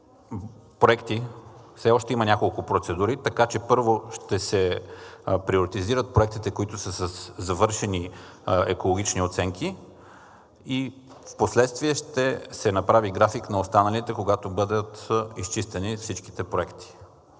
проекти, все още има няколко процедури, така че първо ще се приоритизират проектите, които са със завършени екологични оценки, и впоследствие ще се направи график на останалите, когато бъдат изчистени всичките проекти.